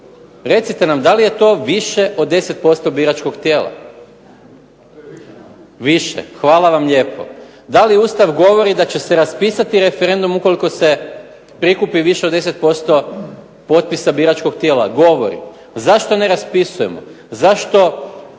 recite nam da li je to više od 10% biračkog tijela? …/Upadica se ne razumije./… Više. Hvala vam lijepo. Da li Ustav govori da će se raspisati referendum ukoliko se prikupi više od 10% potpisa biračkog tijela? Govori. Zašto ne raspisujemo? Zašto